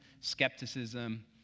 skepticism